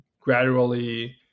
gradually